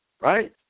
right